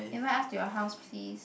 invite us to your house please